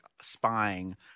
spying –